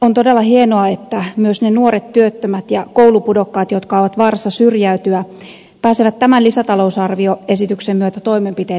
on todella hienoa että myös ne nuoret työttömät ja koulupudokkaat jotka ovat vaarassa syrjäytyä pääsevät tämän lisätalousarvioesityksen myötä toimenpiteiden piiriin